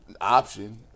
option